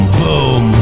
boom